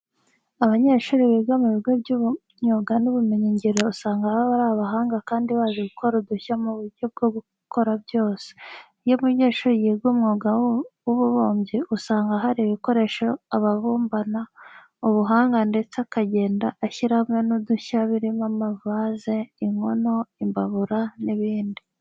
Abanyeshuri biga mu bigo by'imyuga n'ubumenyingiro usanga baba ari abahanga kandi bazi gukora udushya mu byo bakora byose. Iyo umunyeshuri yiga umwuga w'ububumbyi usanga hari ibikoresho abumbana ubuhanga ndetse akagenda ashyiramo n'udushya birimo amavaze, inkono, imbabura n'ibindi.